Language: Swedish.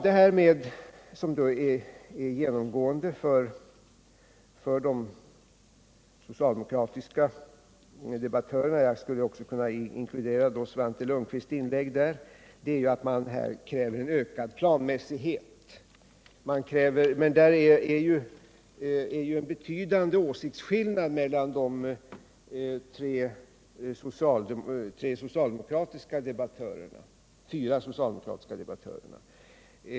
Det som genomgående präglar de socialdemokratiska debattörerna — här skulle jag också kunna inkludera Svante Lundkvist — är att man kräver en ökad planmässighet. Det finns emellertid en betydande åsiktsskillnad mellan de fyra socialdemokratiska debattörerna.